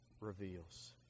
reveals